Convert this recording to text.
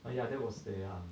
ya ya that was they are um